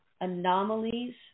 anomalies